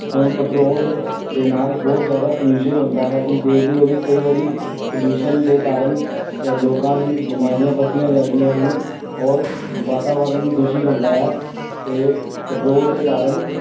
ਹੁਣ ਪਟਰੋਲ ਦੇ ਨਾਲ ਬਹੁਤ ਜ਼ਿਆਦਾ ਪੋਲਿਊਸ਼ਨ ਹੁੰਦਾ ਹੈ ਤੁਸੀਂ ਦੇਖਦੇ ਹੋ ਕਿ ਕਈ ਵਾਰੀ ਪੋਲਿਊਸ਼ਨ ਦੇ ਕਾਰਨ ਲੋਕਾਂ ਦੀ ਬਿਮਾਰੀਆਂ ਵੱਧਦੀਆਂ ਜਾਂਦੀਆਂ ਹਨ ਔਰ ਵਾਤਾਵਰਨ ਵੀ ਦੂਸ਼ਿਤ ਹੁੰਦਾ ਹੈ ਅਤੇ ਪਟਰੋਲ ਦੇ ਕਾਰਨ